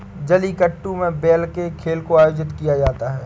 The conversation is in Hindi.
जलीकट्टू में बैल के खेल को आयोजित किया जाता है